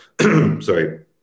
Sorry